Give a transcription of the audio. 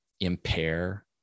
impair